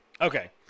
Okay